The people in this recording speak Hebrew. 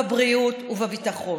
בבריאות ובביטחון?